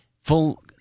full